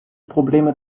probleme